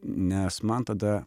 nes man tada